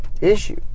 issue